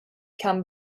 come